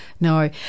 No